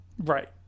Right